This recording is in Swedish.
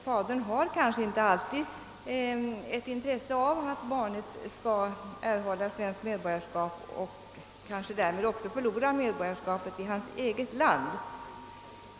Fadern har kanske inte alltid intresse av att barnet skall erhålla svenskt medborgarskap och kanske därvid förlora medborgarskapet i hans eget land.